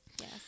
Yes